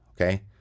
Okay